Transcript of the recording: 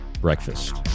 breakfast